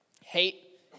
hate